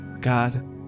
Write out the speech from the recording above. God